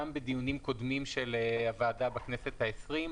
בדיונים קודמים של הוועדה בכנסת העשרים,